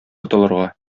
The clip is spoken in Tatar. котылырга